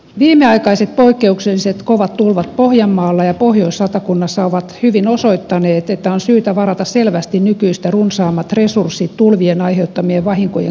viimeaikaiset poikkeuksellisen kovat tulvat pohjanmaalla ja pohjois satakunnassa ovat hyvin osoittaneet että on syytä varata selvästi nykyistä runsaammat resurssit tulvien aiheuttamien vahinkojen korvaamiseen